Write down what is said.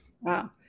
wow